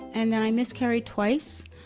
and then i miscarried twice,